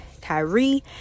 Kyrie